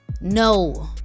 No